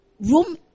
room